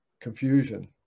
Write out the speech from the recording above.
confusion